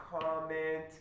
comment